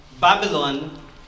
Babylon